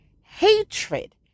hatred